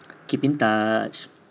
keep in touch